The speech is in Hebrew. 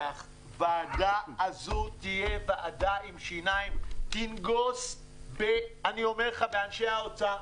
שהוועדה הזאת תהיה ועדה עם שיניים ותנגוס באנשי האוצר.